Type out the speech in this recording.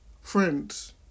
Friends